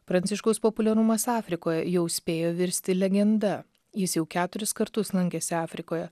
pranciškaus populiarumas afrikoje jau spėjo virsti legenda jis jau keturis kartus lankėsi afrikoje